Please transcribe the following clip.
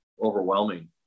overwhelming